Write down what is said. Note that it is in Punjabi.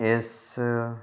ਇਸ